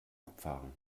abfahren